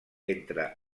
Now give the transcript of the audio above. entre